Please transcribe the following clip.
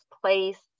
place